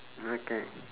okay